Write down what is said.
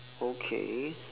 okay